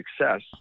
success